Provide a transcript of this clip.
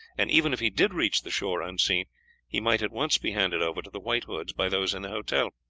and even if he did reach the shore unseen he might at once be handed over to the white hoods by those in the hotel.